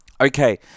Okay